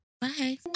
bye